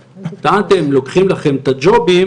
טענתם: לוקחים לכם את הג'ובים